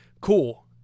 cool